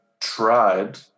tried